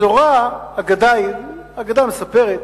האגדה מספרת